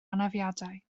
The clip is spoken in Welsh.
anafiadau